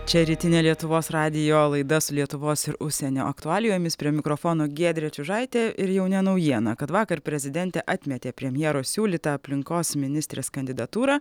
čia rytinė lietuvos radijo laida su lietuvos ir užsienio aktualijomis prie mikrofono giedrė čiužaitė ir jau ne naujiena kad vakar prezidentė atmetė premjero siūlytą aplinkos ministrės kandidatūrą